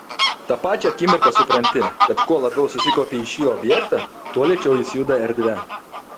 tą pačią akimirką supranti kad kuo labiau susikaupi į šį objektą tuo lėčiau jis juda erdve